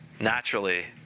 Naturally